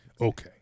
okay